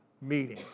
meeting